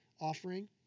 offering